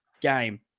game